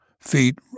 feet